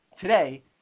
today